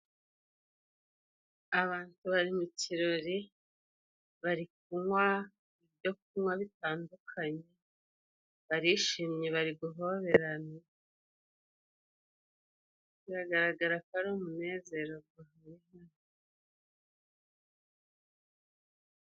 Abantu bari mu kirori. Bari kunywa ibyo kunywa bitandukanye barishimye bari guhoberarana. Biragaragara ko ari umunezero koko.